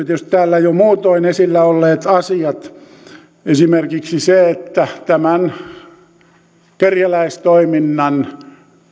tietysti täällä jo muutoin esillä olleet asiat esimerkiksi se että tämän kerjäläistoiminnan